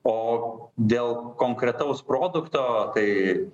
o dėl konkretaus produkto tai